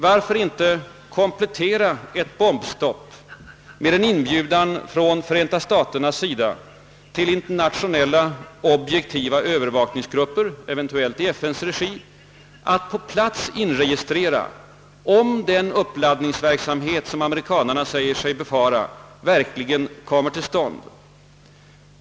Varför inte komplettera ett bombstopp med en inbjudan från Förenta staternas sida till internationella, objektiva övervakningsgrupper, eventuellt i FN:s regi, att på plats inregistrera om den uppladdningsverksamhet, som amerikanarna säger sig befara, verkligen kommer till stånd?